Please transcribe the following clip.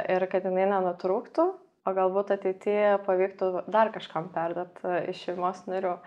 ir kad jinai nenutrūktų o galbūt ateityje pavyktų dar kažkam perduot iš šeimos narių